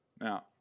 Now